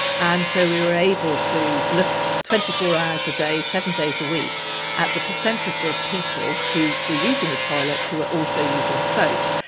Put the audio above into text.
and so we were able to look twenty four hours a day, seven days a week at the percentage of people who were using the toilets who were also using soap.